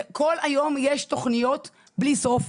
כל היום יש תוכניות בלי סוף,